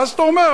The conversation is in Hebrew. ואז אתה אומר,